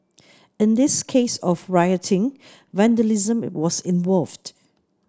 in this case of rioting vandalism was involved